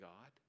God